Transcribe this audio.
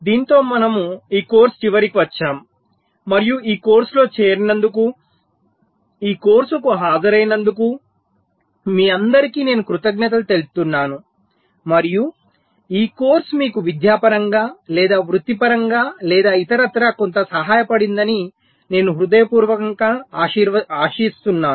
దీనితో మనము ఈ కోర్సు చివరికి వచ్చాము మరియు ఈ కోర్సులో చేరినందుకు ఈ కోర్సుకు హాజరైనందుకు మీ అందరికీ నేను కృతజ్ఞతలు తెలుపుతున్నాను మరియు ఈ కోర్సు మీకు విద్యాపరంగా లేదా వృత్తిపరంగా లేదా ఇతరత్రా కొంత సహాయపడిందని నేను హృదయపూర్వకంగా ఆశిస్తున్నాను